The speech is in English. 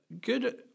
good